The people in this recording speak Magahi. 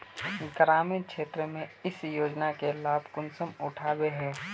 ग्रामीण क्षेत्र में इस योजना के लाभ कुंसम उठावे है?